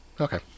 Okay